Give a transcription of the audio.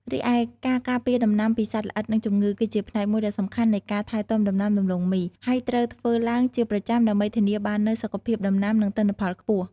រីឯការការពារដំណាំពីសត្វល្អិត និងជំងឺ គឺជាផ្នែកមួយដ៏សំខាន់នៃការថែទាំដំណាំដំឡូងមី ហើយត្រូវធ្វើឡើងជាប្រចាំដើម្បីធានាបាននូវសុខភាពដំណាំ និងទិន្នផលខ្ពស់។